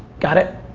got it?